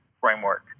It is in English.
framework